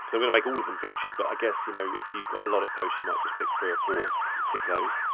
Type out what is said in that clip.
i'm gonna make of them featured but i guess you know if you've got a lot of posts, you might just pick three or four. tick those.